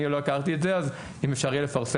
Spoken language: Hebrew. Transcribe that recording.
אני לא הכרתי את זה אז אם אפשר לפרסם